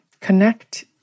connect